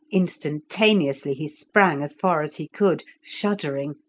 instantaneously he sprang as far as he could, shuddering,